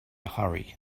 hurry